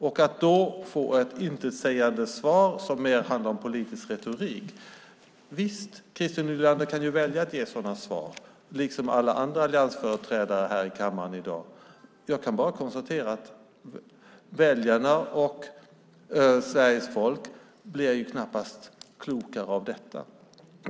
Då får jag ett intetsägande svar, som mer handlar om politisk retorik. Och visst kan Christer Nylander välja att ge sådana svar, liksom alla andra alliansföreträdare här i kammaren i dag. Jag kan bara konstatera att väljarna och Sveriges folk knappast blir klokare av detta.